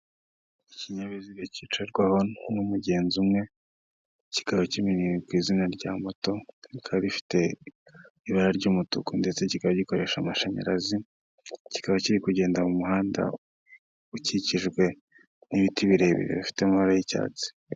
Ikinyabiziga cyicarwaho n'umugezi umwe, kikaba kizwi ku izina rya moto, kikaba gifite ibara ry'umutuku ndetse kikaba gikoresha amashanyarazi, kikaba kiri kugenda mu muhanda ukikijwe n'ibiti birebire bifite amabara y'icyatsi.